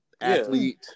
athlete